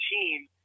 team